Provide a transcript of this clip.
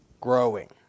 growing